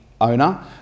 owner